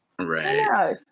Right